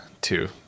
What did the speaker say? two